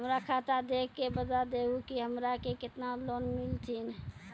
हमरा खाता देख के बता देहु के हमरा के केतना लोन मिलथिन?